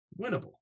winnable